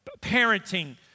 parenting